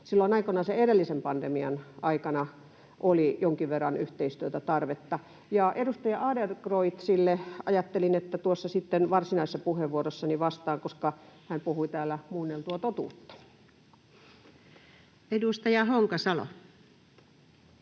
Silloin aikoinaan sen edellisen pandemian aikana oli jonkin verran yhteistyötä, tarvetta sille. Ja ajattelin, että edustaja Adlercreutzille sitten tuossa varsinaisessa puheenvuorossani vastaan, koska hän puhui täällä muunneltua totuutta. [Speech 59]